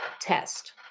test